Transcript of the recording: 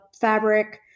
fabric